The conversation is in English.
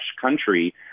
country